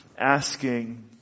asking